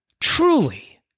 Truly